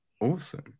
Awesome